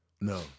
No